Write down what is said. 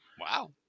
Wow